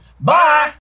bye